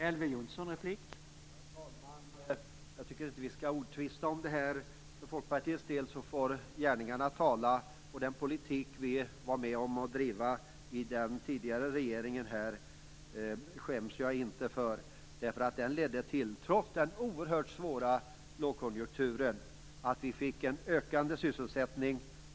Herr talman! Jag tycker inte att vi skall tvista om detta. För Folkpartiets del får gärningarna tala. Den politik vi var med om att driva i den tidigare regeringen skäms jag inte för. Trots den oerhört svåra lågkonjunkturen ledde den till stigande sysselsättning.